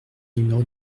numéro